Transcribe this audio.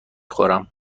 خورم